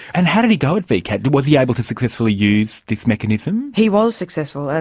and how did he go at vcat? was he able to successfully use this mechanism? he was successful. and